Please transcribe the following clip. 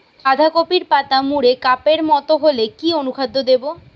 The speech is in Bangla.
বাঁধাকপির পাতা মুড়ে কাপের মতো হলে কি অনুখাদ্য দেবো?